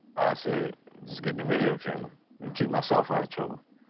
i said, let's get the video camera to keep myself out of trouble.